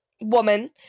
woman